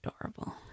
adorable